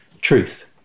truth